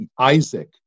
Isaac